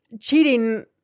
cheating